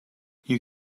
you